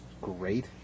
great